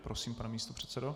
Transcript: Prosím, pane místopředsedo.